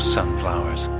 sunflowers